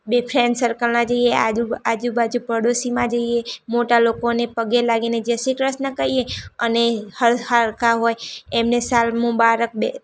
બે ફ્રેન્ડ સર્કલમાં જઇએ આજુબાજુ પડોશીમાં જઈએ મોટાં લોકોને પગે લાગીને જય શ્રી કૃષ્ણ કહીએ અને સરખા હોય એમને સાલ મુબારક